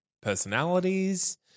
personalities